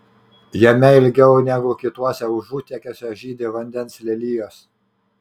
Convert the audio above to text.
jame ilgiau negu kituose užutėkiuose žydi vandens lelijos